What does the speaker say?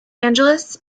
angeles